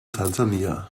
tansania